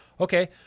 Okay